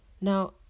Now